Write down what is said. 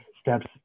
steps